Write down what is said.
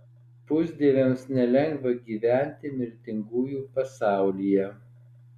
pusdieviams nelengva gyventi mirtingųjų pasaulyje